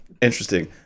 interesting